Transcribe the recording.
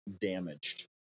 damaged